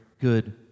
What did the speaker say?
good